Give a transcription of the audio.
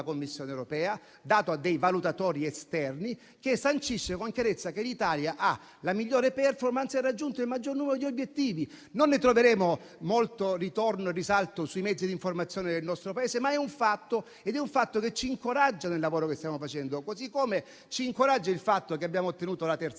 Commissione europea, dato a dei valutatori esterni, che sancisce con chiarezza che l'Italia ha la *performance* migliore e raggiunto il maggior numero di obiettivi. Di questo non troveremo molto ritorno e risalto sui mezzi di informazione nel nostro Paese, ma è un fatto che ci incoraggia nel lavoro che stiamo facendo. Ci incoraggia altresì il fatto che abbiamo ottenuto la terza